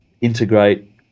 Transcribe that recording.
integrate